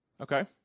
Okay